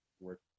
work